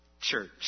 church